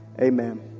Amen